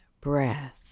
breath